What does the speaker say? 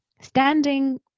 standing